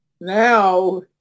Now